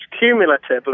cumulatively